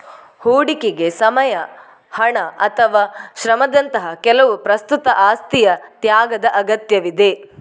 ಹೂಡಿಕೆಗೆ ಸಮಯ, ಹಣ ಅಥವಾ ಶ್ರಮದಂತಹ ಕೆಲವು ಪ್ರಸ್ತುತ ಆಸ್ತಿಯ ತ್ಯಾಗದ ಅಗತ್ಯವಿದೆ